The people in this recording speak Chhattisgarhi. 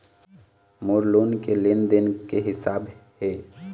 मोर लोन के लेन देन के का हिसाब हे?